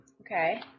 Okay